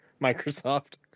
Microsoft